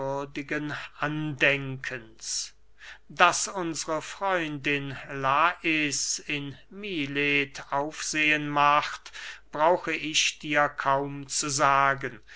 andenkens daß unsre freundin lais in milet aufsehen macht brauche ich dir kaum zu sagen